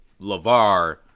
Lavar